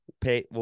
pay